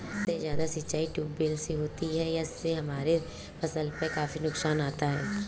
सबसे ज्यादा सिंचाई ट्यूबवेल से होती है क्या इससे हमारे फसल में काफी नुकसान आता है?